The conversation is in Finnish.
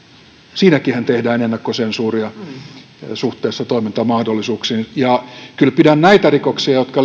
siinäkinhän tehdään ennakkosensuuria suhteessa toimintamahdollisuuksiin ja kyllä pidän näitä rikoksia jotka